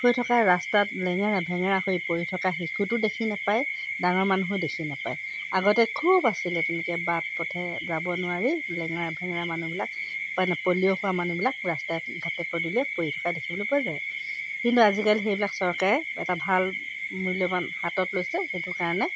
হৈ থকা ৰাস্তাত লেঙেৰা ভেঙেৰা হৈ পৰি থকা শিশুতো দেখি নাপায় ডাঙৰ মানুহো দেখি নাপায় আগতে খুব আছিলে তেনেকৈ বাট পথে যাব নোৱাৰি লেঙেৰা ভেঙেৰা মানুহবিলাক মানে পলিঅ' হোৱা মানুহবিলাক ৰাস্তাই ঘাটে পদূলিয়ে পৰি থকা দেখিবলৈ পোৱা যায় কিন্তু আজিকালি সেইবিলাক চৰকাৰে এটা ভাল মূল্যৱান হাতত লৈছে সেইটো কাৰণে